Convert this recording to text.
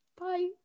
Bye